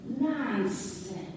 Nonsense